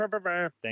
thank